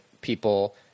people